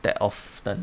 that often